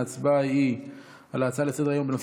ההצבעה היא על הצעה לסדר-היום בנושא